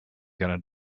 going